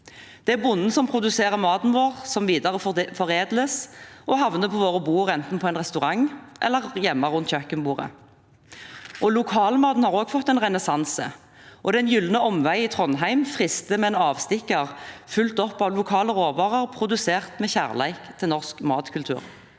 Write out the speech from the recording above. Det er bonden som produserer maten vår, som foredles videre og havner på våre bord, enten på en restaurant eller hjemme rundt kjøkkenbordet. Lokalmaten har også fått en renessanse. Den Gyldne Omvei i Trøndelag frister med en avstikker fylt opp av lokale råvarer produsert med kjærleik til norsk matkultur.